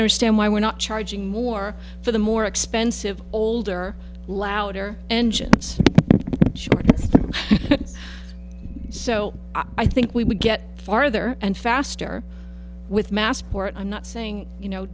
understand why we're not charging more for the more expensive older louder engines so i think we would get farther and faster with massport i'm not saying you know